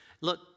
look